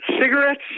Cigarettes